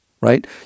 right